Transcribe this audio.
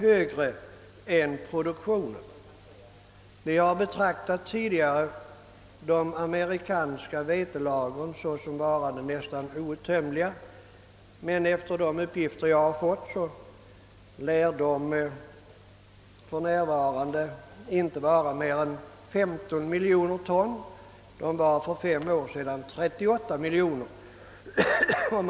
Man har tidigare betraktat de amerikanska vetelagren såsom nästan outtömliga, men enligt de uppgifter jag har fått lär de för närvarande inte uppgå till mer än 15 miljoner ton, medan de för fem år sedan uppgick till 38 miljoner ton.